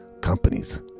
companies